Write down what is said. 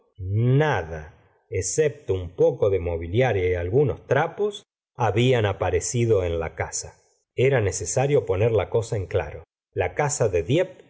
nada excepto un poco de mobiliario y algunos trapos hablan aparecido en la casa era necesario poner la cosa en claro la casa de dieppe